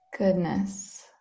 goodness